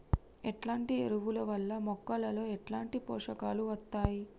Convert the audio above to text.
ఎట్లాంటి ఎరువుల వల్ల మొక్కలలో ఎట్లాంటి పోషకాలు వత్తయ్?